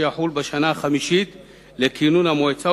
שיחול בשנה החמישית לכינון המועצה,